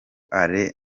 alain